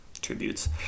tributes